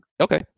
Okay